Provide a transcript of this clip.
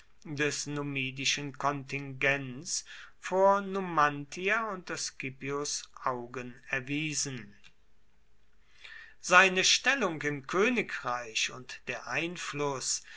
des numidischen kontingents vor numantia unter scipios augen erwiesen seine stellung im königreich und der einfluß